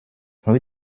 rue